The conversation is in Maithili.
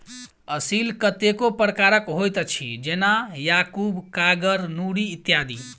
असील कतेको प्रकारक होइत अछि, जेना याकूब, कागर, नूरी इत्यादि